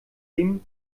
dem